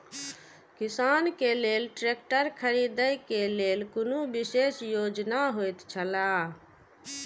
किसान के लेल ट्रैक्टर खरीदे के लेल कुनु विशेष योजना होयत छला?